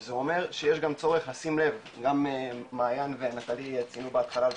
שזה אומר שיש גם וצריך לשים לב גם מעיין ונטלי ציינו בהתחלה,